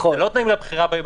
לא לבחירה.